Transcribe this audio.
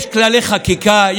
יש כללי חקיקה.